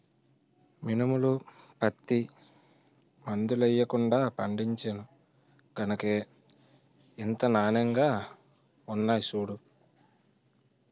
మినుములు, పత్తి మందులెయ్యకుండా పండించేను గనకే ఇంత నానెంగా ఉన్నాయ్ సూడూ